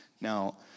Now